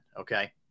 Okay